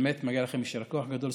מגיע לכם יישר כוח גדול.